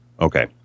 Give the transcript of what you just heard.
Okay